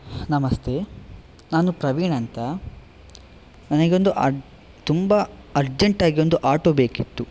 ನಮಸ್ತೆ ನಾನು ಪ್ರವೀಣ್ ಅಂತ ನನಿಗೊಂದು ಆಟ್ ತುಂಬಾ ಅರ್ಜೆಂಟಾಗಿ ಒಂದು ಆಟೋ ಬೇಕಿತ್ತು